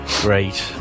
great